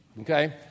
Okay